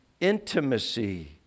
intimacy